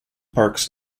parks